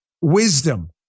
wisdom